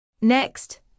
Next